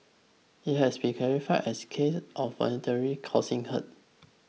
it has been as case of voluntarily causing hurt